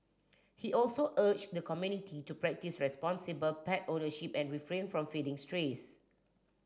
he also urged the community to practise responsible pet ownership and refrain from feeding strays